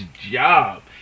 job